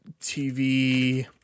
TV